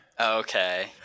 Okay